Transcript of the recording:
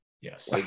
yes